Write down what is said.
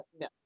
no